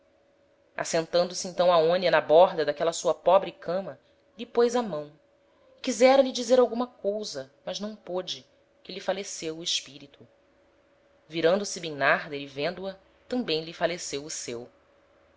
assentando se então aonia na borda d'aquela sua pobre cama lhe pôs a mão e quisera lhe dizer alguma cousa mas não pôde que lhe faleceu o espirito virando-se bimnarder e vendo-a tambem lhe faleceu o seu